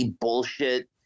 bullshit